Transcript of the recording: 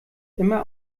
immer